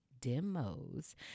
demos